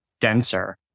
denser